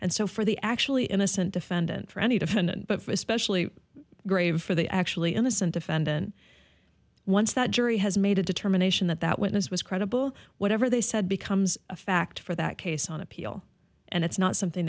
and so for the actually innocent defendant for any defendant but for especially grave for the actually innocent defendant once that jury has made a determination that that witness was credible whatever they said becomes a fact for that case on appeal and it's not something